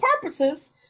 purposes